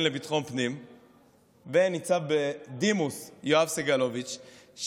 לביטחון פנים וניצב בדימוס יואב סגלוביץ',